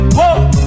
Whoa